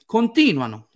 Continuano